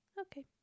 Okay